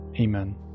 Amen